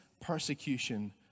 persecution